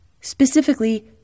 Specifically